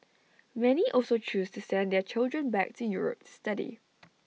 many also chose to send their children back to Europe to study